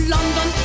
London